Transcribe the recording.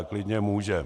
Klidně může.